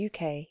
uk